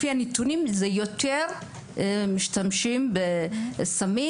לפי הנתונים, משתמשים יותר בסמים